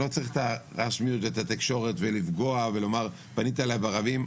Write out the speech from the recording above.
אני לא צריך את הרשמיות ואת התקשורת ולפגוע ולומר 'פנית אלי ברבים',